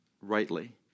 rightly